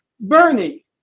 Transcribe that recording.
Bernie